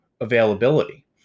availability